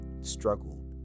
struggled